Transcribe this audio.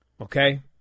Okay